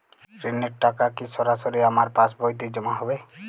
ঋণের টাকা কি সরাসরি আমার পাসবইতে জমা হবে?